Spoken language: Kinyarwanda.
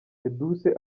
edouce